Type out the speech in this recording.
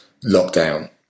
lockdown